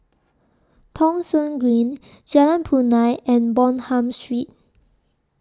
Thong Soon Green Jalan Punai and Bonham Street